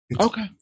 Okay